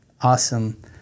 awesome